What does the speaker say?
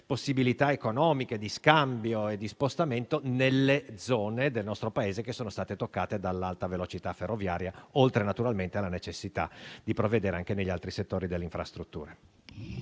possibilità economiche, degli scambi e degli spostamenti nelle zone del nostro Paese che sono state toccate dall'alta velocità ferroviaria, oltre naturalmente alla necessità di provvedere anche negli altri settori delle infrastrutture.